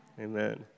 Amen